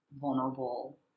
vulnerable